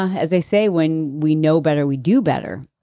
ah as they say, when we know better we do better.